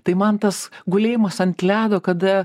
tai man tas gulėjimas ant ledo kada